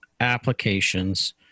Applications